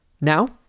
Now